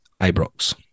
Ibrox